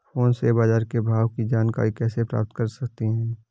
Phone से बाजार के भाव की जानकारी कैसे प्राप्त कर सकते हैं?